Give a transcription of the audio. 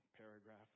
paragraph